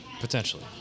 Potentially